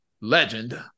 legend